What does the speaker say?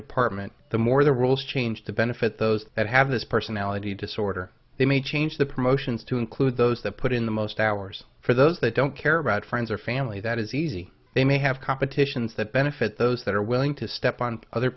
department the more the rules change to benefit those that have this personality disorder they may change the promotions to include those that put in the most hours for those that don't care about friends or family that is easy they may have competitions that benefit those that are willing to step on other